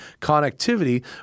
connectivity